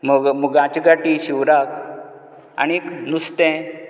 मग मुगाच्यो गांठी शिवराक आनीक नुस्तें